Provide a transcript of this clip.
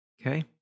Okay